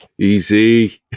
Easy